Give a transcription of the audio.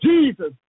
Jesus